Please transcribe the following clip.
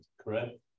Correct